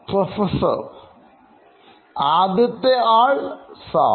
Professor ആദ്യത്തെ ആൾ Sam